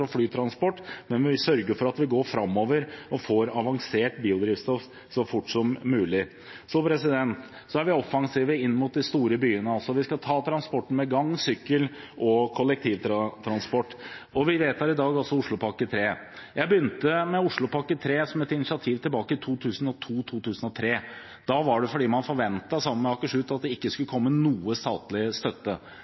flytransport. Men vi sørger for at vi går framover og får avansert biodrivstoff så fort som mulig. Vi er offensive når det gjelder de store byene. Transporten skal skje med gange, sykkel og kollektivtransport. Vi vedtar Oslopakke 3 i dag. Jeg begynte med Oslopakke 3 da det var et initiativ tilbake i 2002/2003. Da forventet man i Oslo – og i Akershus – at det ikke